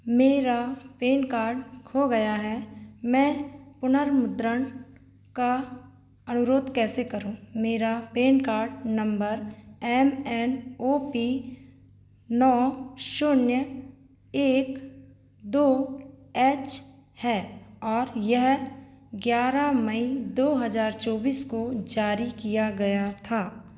मेरा PAN card खो गया है मैं पुनर्मुद्रण का अनुरोध कैसे करूँ मेरा PAN card number M N O P नौ शून्य एक दो एच है और यह ग्यारह मई दो हज़ार चौबीस को जारी किया गया था